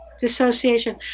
dissociation